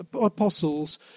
apostles